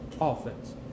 offense